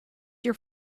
your